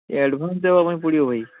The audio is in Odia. ଆଡ଼୍ଭାନ୍ସ୍ ଦେବା ପାଇଁ ପଡ଼ିବ ଭାଇ